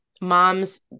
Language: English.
Moms